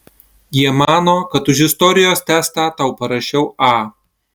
jie mano kad už istorijos testą tau parašiau a